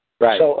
Right